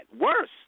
worse